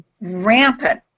rampant